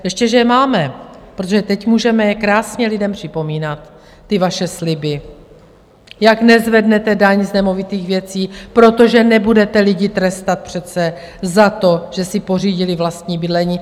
Ještě že je máme, protože teď můžeme krásně lidem připomínat ty vaše sliby, jak nezvednete daň z nemovitých věcí, protože nebudete lidi trestat přece za to, že si pořídili vlastní bydlení.